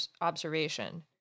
observation